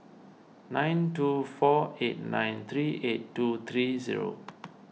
nine two four eight nine three eight two three zero